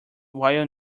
while